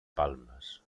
palmas